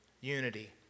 Unity